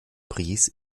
prince